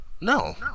No